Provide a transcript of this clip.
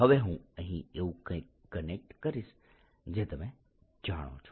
હવે હું અહીં એવું કંઈક કનેક્ટ કરીશ જે તમે જાણો છો